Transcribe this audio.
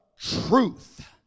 truth